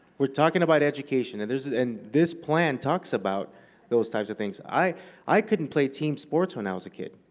we are talking about education. and and this plan talks about those types of things. i i couldn't play team sports, when i was a kid.